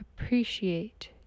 Appreciate